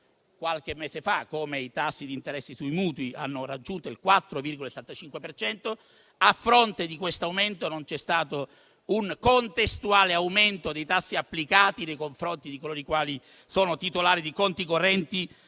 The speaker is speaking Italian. qualche mese fa come i tassi di interessi sui mutui abbiano raggiunto il 4,75 per cento. A fronte di questo aumento non c'è stato un contestuale aumento dei tassi applicati nei confronti dei titolari di conti correnti